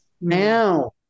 Now